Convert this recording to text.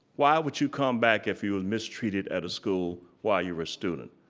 why would you come back if you were mistreated at a school while you were a student?